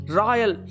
royal